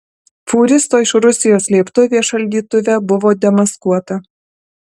fūristo iš rusijos slėptuvė šaldytuve buvo demaskuota